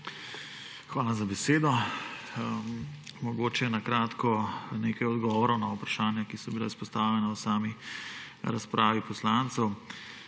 Hvala za besedo. Mogoče na kratko nekaj odgovorov na vprašanja, ki so bila izpostavljena v sami razpravi poslancev.